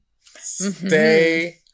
Stay